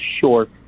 short